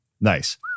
Nice